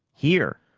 here,